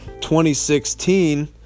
2016